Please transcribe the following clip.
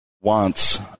wants